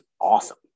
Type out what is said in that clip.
awesome